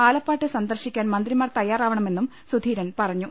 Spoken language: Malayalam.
ആലപ്പാട് സന്ദർശിക്കാൻ മന്ത്രി മാർ തയ്യാറാവണമെന്നും സുധീരൻ പറഞ്ഞു